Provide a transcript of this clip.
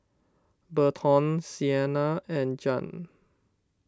Berton Sienna and Jan